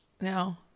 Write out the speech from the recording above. No